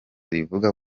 rivuga